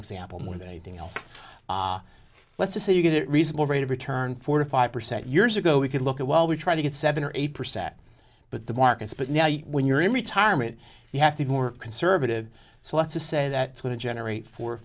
example more than anything else let's just say you get reasonable rate of return forty five percent years ago we could look at well we tried to get seven or eight percent but the markets but now when you're in retirement you have to be more conservative so let's just say that it's going to generate four or